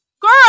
girl